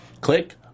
click